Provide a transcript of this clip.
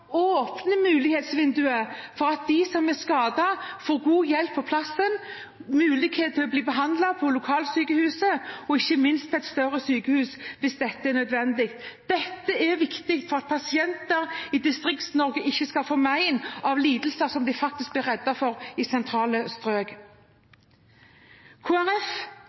for at de som er skadet, får god hjelp på plassen, mulighet til å bli behandlet på lokalsykehuset – og ikke minst på et større sykehus hvis det er nødvendig. Dette er viktig for at pasienter i Distrikts-Norge ikke skal få mein av lidelser som man faktisk blir reddet fra i sentrale strøk.